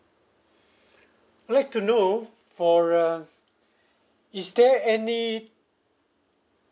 I'd like to know for uh is there any